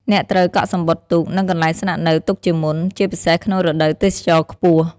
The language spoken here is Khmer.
អ្នកត្រូវកក់សំបុត្រទូក និងកន្លែងស្នាក់នៅទុកជាមុន ជាពិសេសក្នុងរដូវទេសចរណ៍ខ្ពស់។